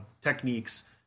techniques